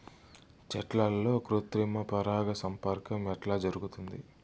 చెట్లల్లో కృత్రిమ పరాగ సంపర్కం ఎట్లా జరుగుతుంది?